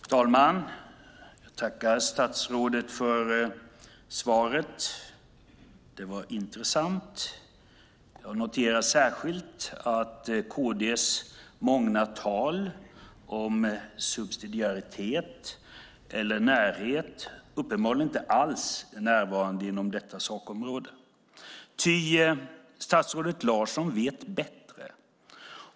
Herr talman! Jag tackar statsrådet för svaret. Det var intressant. Jag noterar särskilt att KD:s myckna tal om subsidiaritet och närhet uppenbarligen inte alls är närvarande inom detta sakområde. Ty statsrådet Larsson vet bättre.